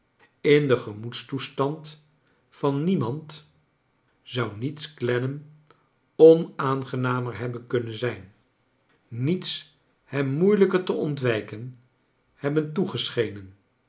in den gemoedstoestand van niemand zou niets clennam onaangenamer hebben kunnen zijn niets hem moeilijker te ontwijken hebben toegeschenen